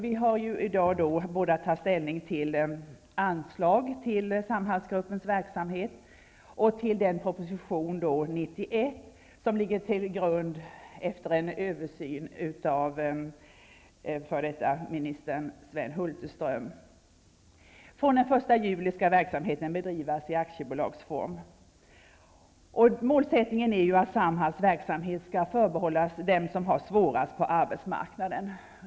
Vi har i dag att ta ställning både till anslag till Samhallsgruppens verksamhet och till proposition 91, som efter en översyn av f.d. ministern Sven Hulterström ligger till grund för förslaget. Från den 1 juli skall verksamheten bedrivas i aktiebolagsform, och målsättningen är att Samhalls verksamhet skall förbehållas dem som har det svårast på arbetsmarknaden.